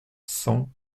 cent